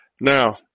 Now